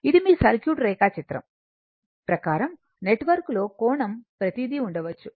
ఇది మీ సర్క్యూట్ రేఖాచిత్రం ప్రకారం నెట్వర్క్ లో కోణం ప్రతీది ఉండవచ్చు